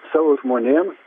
savo žmonėms